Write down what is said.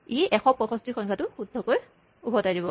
ই ১৬৫ সংখ্যাটো শুদ্ধকৈ উভতাই দিব